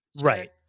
Right